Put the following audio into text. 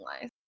life